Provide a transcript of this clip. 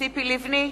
ציפי לבני,